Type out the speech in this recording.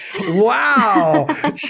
Wow